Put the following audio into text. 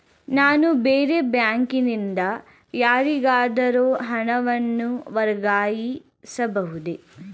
ನಾನು ಬೇರೆ ಬ್ಯಾಂಕಿನಿಂದ ಯಾರಿಗಾದರೂ ಹಣವನ್ನು ವರ್ಗಾಯಿಸಬಹುದೇ?